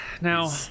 Now